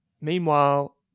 meanwhile